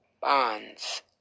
bonds